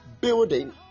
building